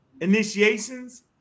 initiations